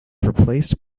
replaced